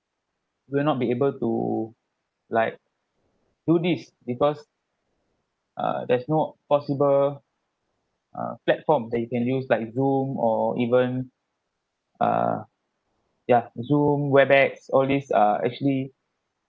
we will not be able to like do this because uh there's not possible uh platform that you can use like zoom or even err ya zoom webex all these are actually